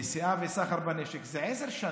נשיאה וסחר בנשק זה עשר שנים,